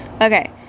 okay